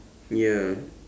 ya